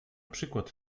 przykład